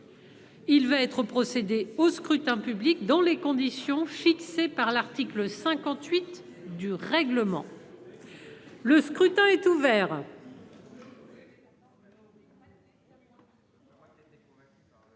Il va être procédé au scrutin dans les conditions fixées par l'article 56 du règlement. Le scrutin est ouvert.